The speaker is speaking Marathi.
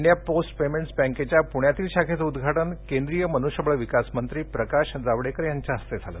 इंडिया पोस्ट पेमेंट्स बँकेच्या पृण्यातील शाखेचं उदघाटन केंद्रीय मनुष्यबळ विकास मंत्री प्रकाश जावडेकर यांच्या हस्ते झालं